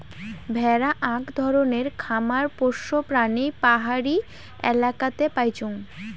ভেড়া আক ধরণের খামার পোষ্য প্রাণী পাহাড়ি এলাকাতে পাইচুঙ